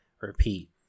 repeat